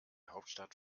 hauptstadt